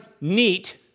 neat